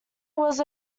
was